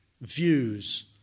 views